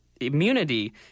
Immunity